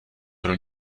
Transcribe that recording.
pro